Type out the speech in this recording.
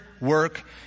work